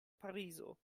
parizo